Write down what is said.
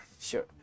sure